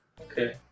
Okay